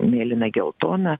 mėlyna geltona